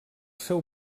seu